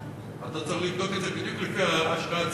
אתה צריך לבדוק את זה בדיוק לפי ההשקעה הציבורית.